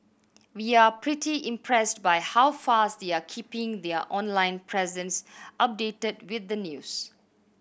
we're pretty impressed by how fast they're keeping their online presence updated with the news